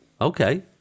Okay